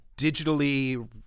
digitally